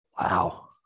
Wow